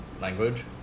language